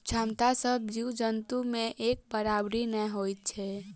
क्षमता सभ जीव जन्तु मे एक बराबरि नै होइत छै